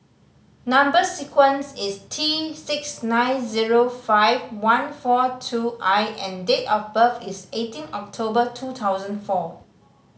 number sequence is T six nine zero five one four two I and date of birth is eighteen October two thousand four